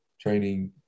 training